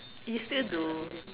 he still do